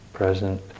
present